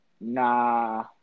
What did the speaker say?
Nah